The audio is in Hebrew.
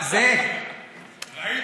מה,